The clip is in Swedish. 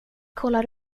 kollar